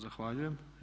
Zahvaljujem.